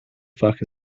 fuck